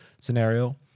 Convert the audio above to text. scenario